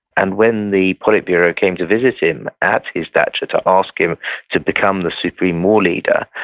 and when the politburo came to visit him at his dacha, to ask him to become the supreme war leader,